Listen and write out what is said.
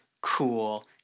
cool